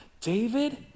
David